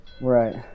Right